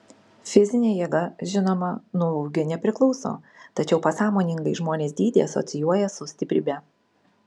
fizinė jėga žinoma nuo ūgio nepriklauso tačiau pasąmoningai žmonės dydį asocijuoja su stiprybe